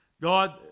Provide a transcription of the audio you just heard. God